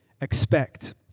expect